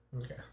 Okay